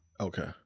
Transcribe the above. Okay